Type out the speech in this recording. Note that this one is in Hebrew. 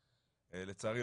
לצערי,